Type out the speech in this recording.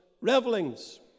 revelings